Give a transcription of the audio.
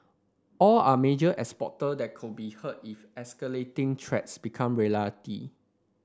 all are major exporter that could be hurt if escalating threats become reality